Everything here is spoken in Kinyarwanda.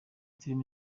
turimo